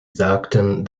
sagten